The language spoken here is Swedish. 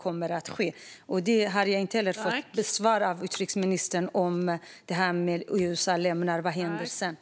Jag har inte fått svar från utrikesministern om vad som händer när USA ger sig av.